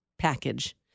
package